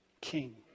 king